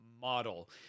model